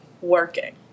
working